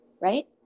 right